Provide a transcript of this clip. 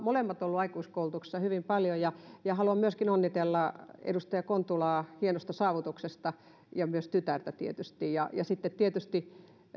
molemmat olleet aikuiskoulutuksessa hyvin paljon haluan myöskin onnitella edustaja kontulaa hienosta saavutuksesta ja myös tytärtä tietysti ja tietysti